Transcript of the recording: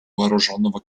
вооруженного